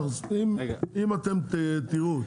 אם אתם תראו,